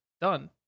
done